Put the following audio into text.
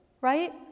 right